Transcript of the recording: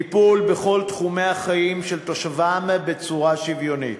טיפול בכל תחומי החיים של תושביו בצורה שוויונית.